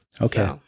Okay